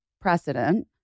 precedent